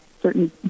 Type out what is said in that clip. certain